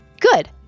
good